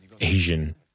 Asian